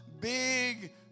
big